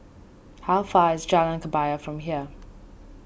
how far is Jalan Kebaya from here